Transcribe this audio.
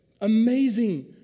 Amazing